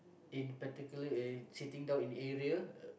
in particular in sitting down in area